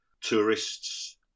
tourists